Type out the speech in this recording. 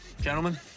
Gentlemen